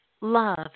love